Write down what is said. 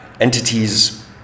Entities